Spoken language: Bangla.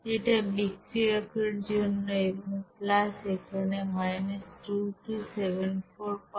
এটা বিক্রিয়কের জন্য এবং এখানে 227448